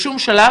בשום שלב